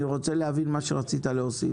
אני רוצה להבין מה שרצית להוסיף.